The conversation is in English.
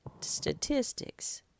statistics